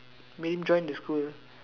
make him join the school